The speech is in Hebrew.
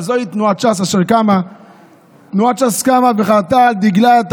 זו תנועת ש"ס, שקמה וחרתה על דגלה את